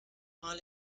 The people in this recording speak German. mal